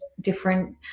different